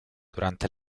durante